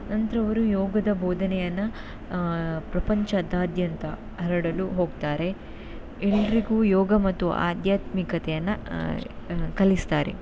ನಂತರ ಅವರು ಯೋಗದ ಬೋಧನೆಯನ್ನು ಪ್ರಪಂಚದಾದ್ಯಂತ ಹರಡಲು ಹೋಗ್ತಾರೆ ಎಲ್ಲರಿಗೂ ಯೋಗ ಮತ್ತು ಆಧ್ಯಾತ್ಮಿಕತೆಯನ್ನು ಕಲಿಸ್ತಾರೆ